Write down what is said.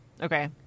Okay